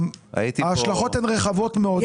ההשלכות הן רחבות מאוד.